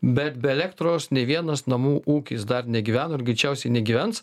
bet be elektros nei vienas namų ūkis dar negyveno ir greičiausiai negyvens